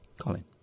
Colin